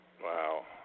Wow